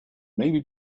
maybe